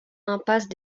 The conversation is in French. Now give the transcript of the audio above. impasse